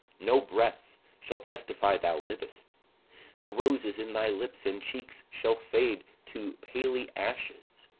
no breath, shall testify thou livest the roses in thy lips and cheeks shall fade to paly ashes,